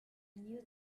new